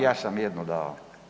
Ja sam jednu dao.